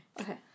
Okay